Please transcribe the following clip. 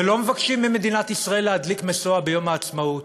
ולא מבקשים ממדינת ישראל להדליק משואה ביום העצמאות,